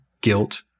guilt